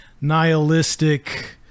nihilistic